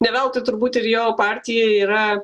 ne veltui turbūt ir jo partijoje yra